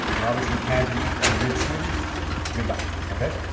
you obviously can't be a good student goodbye, okay?